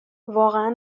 واقعا